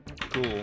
Cool